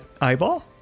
eyeball